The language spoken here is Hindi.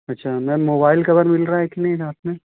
अच्छा मैम मोबाइल कवर मिल रहा कि नहीं यहाँ पर